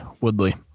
Woodley